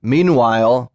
Meanwhile